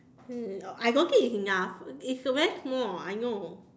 hmm I don't think it's enough it's very small I know